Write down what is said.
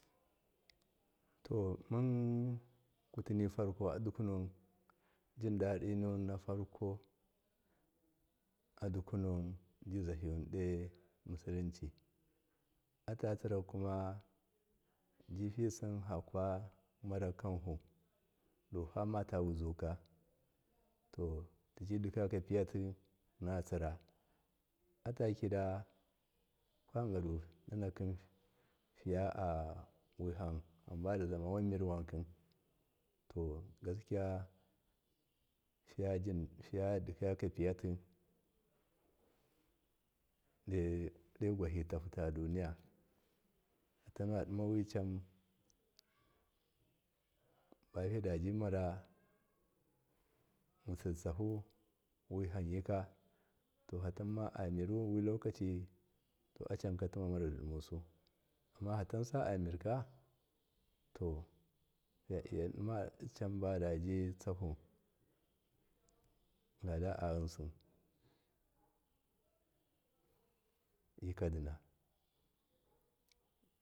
To mun kutini furko jindadi nuwu nafarku adukunun jizaki do musulunci atatsira kuma jifisim famarakamhu dufamata guzu ka to tijidikayapiyati natsira atakida kwadedu ninakin faawihan hambadi zuma wan mir wank to gaskiya fiyadi kaiyapiya ti dokwahitahuta duniya fatanuwadi matamma amiru wilokaci to acamka timaru dimusu amma fata amirka fayalyadima canbatabitsahu lada ayinsi eka dina.